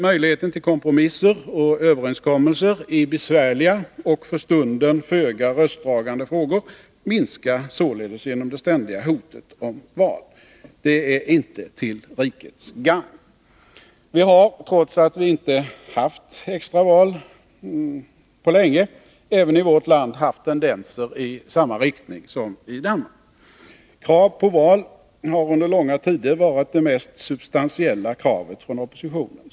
Möjligheten till kompromisser och överenskommelser i besvärliga och för stunden föga röstdragande frågor minskar således genom det ständiga hotet om val. Det är inte till rikets gagn. Vi har — trots att vi inte haft extra val på länge — även i vårt land haft tendenser i samma riktning som i Danmark. Krav på val har under långa tider varit det mest substantiella kravet från oppositionen.